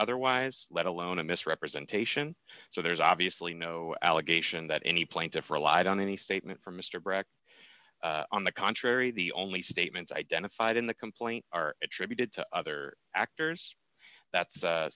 otherwise let alone a misrepresentation so there's obviously no allegation that any plaintiff relied on any statement from mr brock on the contrary the only statements identified in the complaint are attributed to other actors that's